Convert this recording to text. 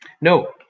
No